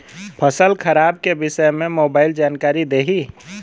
फसल खराब के विषय में मोबाइल जानकारी देही